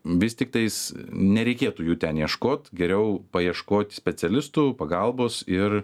vis tiktais nereikėtų jų ten ieškot geriau paieškot specialistų pagalbos ir